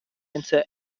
into